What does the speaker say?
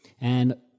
And-